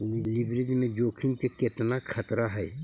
Leverage में जोखिम के केतना खतरा हइ?